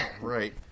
right